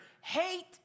Hate